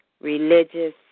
religious